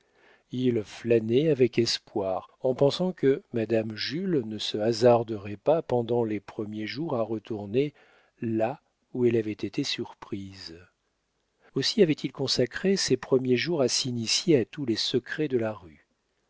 il flânait avec espoir en pensant que madame jules ne se hasarderait pas pendant les premiers jours à retourner là où elle avait été surprise aussi avait-il consacré ces premiers jours à s'initier à tous les secrets de la rue